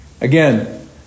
Again